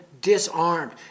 disarmed